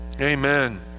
Amen